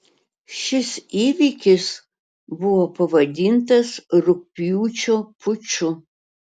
šis įvykis buvo pavadintas rugpjūčio puču